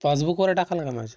पासबुकवर टाकाल का माझ्या